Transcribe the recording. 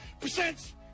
percent